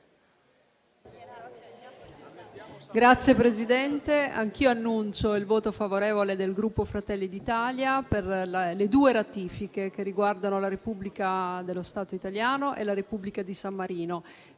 Signor Presidente, anch'io annuncio il voto favorevole del Gruppo Fratelli d'Italia sulle due ratifiche che riguardano la Repubblica dello Stato italiano e la Repubblica di San Marino.